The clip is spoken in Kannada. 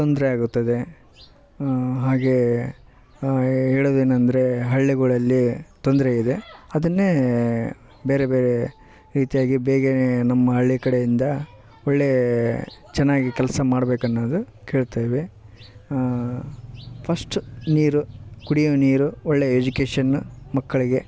ತೊಂದರೆ ಆಗುತ್ತದೆ ಹಾಗೆ ಹೇಳೊದೇನಂದರೆ ಹಳ್ಳಿಗಳಲ್ಲಿ ತೊಂದರೆಯಿದೆ ಅದನ್ನೇ ಬೇರೆ ಬೇರೆ ರೀತಿಯಾಗಿ ಬೇಗ ನಮ್ಮ ಹಳ್ಳಿ ಕಡೆಯಿಂದ ಒಳ್ಳೇ ಚೆನ್ನಾಗಿ ಕೆಲಸ ಮಾಡ್ಬೇಕು ಅನ್ನೊದು ಕೇಳ್ತೆವೆ ಫಸ್ಟು ನೀರು ಕುಡಿಯೊ ನೀರು ಒಳ್ಳೇ ಎಜುಕೇಷನ್ ಮಕ್ಕಳಿಗೆ